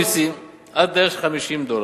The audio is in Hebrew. פטורות ממסים עד לערך של 50 דולר,